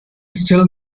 still